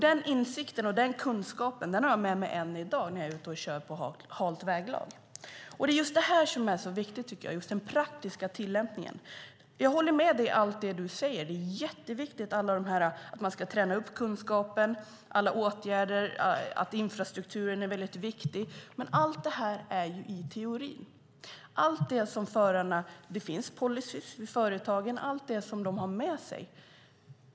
Den insikten och den kunskapen har jag med mig än i dag när jag är ute och kör i halt väglag. Det är just det här som jag tycker är så viktigt, den praktiska tillämpningen. Jag håller med om allt det du säger. Det är jätteviktigt att man tränar upp kunskapen, alla åtgärder och infrastrukturen är väldigt viktiga, men allt det här är ju i teorin. Allt det som förarna har med sig - det finns policyer för företagen - är i teorin.